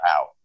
out